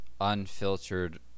unfiltered